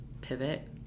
pivot